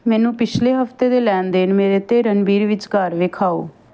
ਮੈਨੂੰ ਪਿਛਲੇ ਹਫ਼ਤੇ ਦੇ ਲੈਣ ਦੇਣ ਮੇਰੇ ਅਤੇ ਰਣਬੀਰ ਵਿੱਚਕਾਰ ਵਿਖਾਓ